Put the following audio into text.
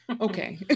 okay